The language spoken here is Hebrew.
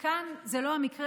כאן זה לא המקרה.